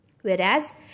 Whereas